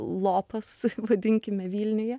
lopas vadinkime vilniuje